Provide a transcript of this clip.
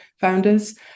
founders